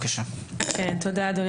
תודה, אדוני